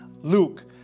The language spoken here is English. Luke